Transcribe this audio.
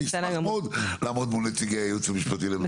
אני אשמח מאוד לעמוד מול נציגי היועצת המשפטית לממשלה בעניין.